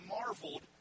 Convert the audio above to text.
marveled